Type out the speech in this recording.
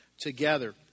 together